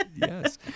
yes